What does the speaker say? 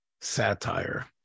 satire